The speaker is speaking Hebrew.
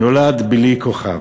נולד בלי כוכב".